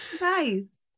Nice